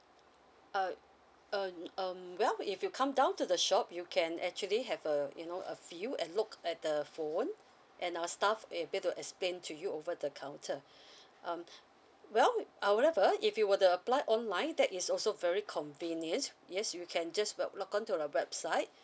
uh uh um well if you come down to the shop you can actually have a you know a few and look at the phone and our staff able to explain to you over the counter um well uh however if you were to apply online that is also very convenient yes you can just web~ log on to the website